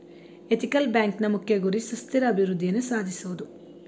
ethical ಬ್ಯಾಂಕ್ನ ಮುಖ್ಯ ಗುರಿ ಸುಸ್ಥಿರ ಅಭಿವೃದ್ಧಿಯನ್ನು ಸಾಧಿಸುವುದು